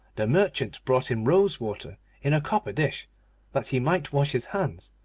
the merchant brought him rose-water in a copper dish that he might wash his hands,